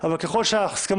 אבל ככל שההסכמות